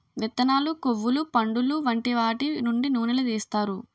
విత్తనాలు, కొవ్వులు, పండులు వంటి వాటి నుండి నూనెలు తీస్తారు